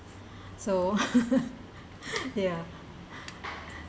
so ya